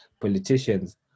politicians